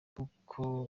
kuko